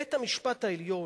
בית-המשפט העליון,